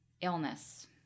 Illness